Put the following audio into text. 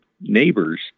neighbors